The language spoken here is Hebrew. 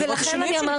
ולכן אני אמרתי.